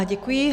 Děkuji.